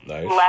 Nice